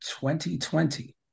2020